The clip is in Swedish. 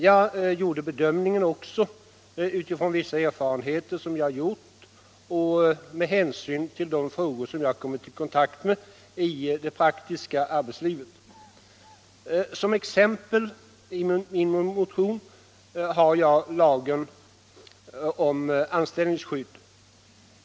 Jag gjorde bedömningen också utifrån vissa erfarenheter som jag gjort och med hänsyn till frågor jag kommit i kontakt med i det praktiska arbetslivet. Som exempel i min motion har jag tagit lagen om anställningsskydd.